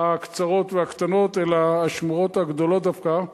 הקצרות והקטנות אלא השמורות הגדולות דווקא,